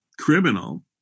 criminal